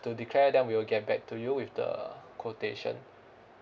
to declare then we'll get back to you with the quotation